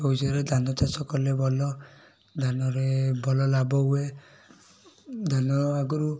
ଭବିଷ୍ୟତରେ ଧାନ ଚାଷ କଲେ ଭଲ ଧାନରେ ଭଲ ଲାଭ ହୁଏ ଧାନ ଆଗରୁ